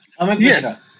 Yes